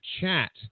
chat